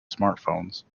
smartphones